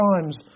times